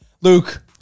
Luke